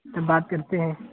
جب بات کرتے ہیں